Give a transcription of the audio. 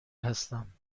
هستم